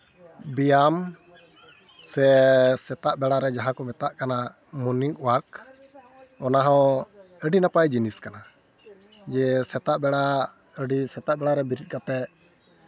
ᱵᱮᱭᱟᱢ ᱥᱮ ᱥᱮᱛᱟᱜ ᱫᱟᱬᱟ ᱨᱮ ᱡᱟᱦᱟᱸ ᱠᱚ ᱢᱮᱛᱟᱫ ᱠᱟᱱᱟ ᱢᱚᱨᱱᱤᱝ ᱳᱟᱞᱠ ᱚᱱᱟᱦᱚᱸ ᱟᱹᱰᱤ ᱱᱟᱯᱟᱭ ᱡᱤᱱᱤᱥ ᱠᱟᱱᱟ ᱡᱮ ᱥᱮᱛᱟᱜ ᱵᱮᱲᱟ ᱟᱹᱰᱤ ᱥᱮᱛᱟᱜ ᱵᱮᱲᱟᱨᱮ ᱵᱮᱨᱮᱫ ᱠᱟᱛᱮᱫ